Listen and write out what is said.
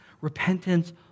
Repentance